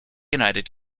united